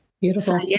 beautiful